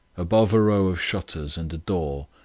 above a row of shutters and a door,